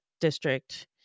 district